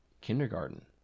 kindergarten